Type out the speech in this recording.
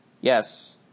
Yes